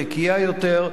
נקייה יותר,